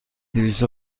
دویست